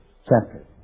chapter